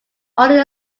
only